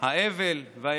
על האבל והיגון